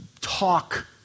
talk